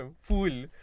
fool